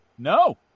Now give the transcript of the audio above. No